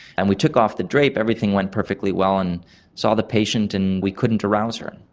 and we took off the drape, everything went perfectly well and saw the patient and we couldn't arouse her.